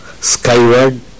skyward